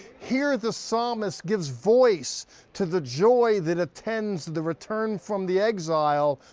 here, the psalmist gives voice to the joy that attends the return from the exile,